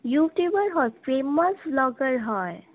YouTuber হয় famous vlogger হয়